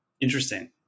Interesting